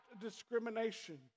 discrimination